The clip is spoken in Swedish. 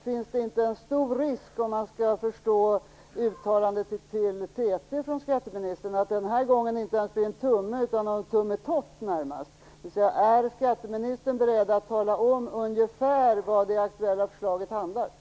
Finns det inte en stor risk, om jag rätt har förstått skatteministerns uttalande i TT, att det den här gången inte ens blir en tumme utan närmast en "tummetott"? Är skatteministern beredd att tala om ungefär vad det aktuella förslaget handlar om?